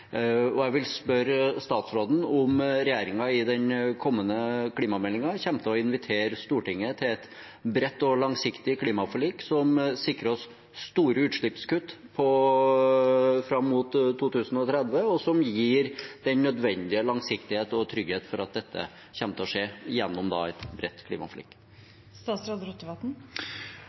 Jeg vil spørre statsråden om regjeringen i den kommende klimameldingen kommer til å invitere Stortinget til et bredt og langsiktig klimaforlik som sikrer oss store utslippskutt fram mot 2030, og som gir den nødvendige langsiktighet og trygghet for at det kommer til å skje.